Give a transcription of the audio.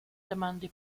demandi